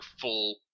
full